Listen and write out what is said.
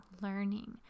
learning